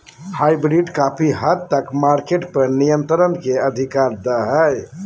hybrid काफी हद तक मार्केट पर नियन्त्रण के अधिकार दे हय